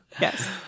yes